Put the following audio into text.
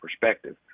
perspective